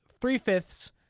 three-fifths